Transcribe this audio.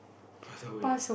pass away lah